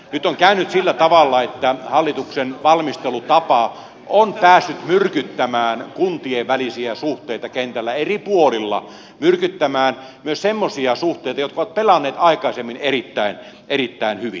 nyt on käynyt sillä tavalla että hallituksen valmistelutapa on päässyt myrkyttämään kuntien välisiä suhteita kentällä eri puolilla myrkyttämään myös semmoisia suhteita jotka ovat pelanneet aikaisemmin erittäin hyvin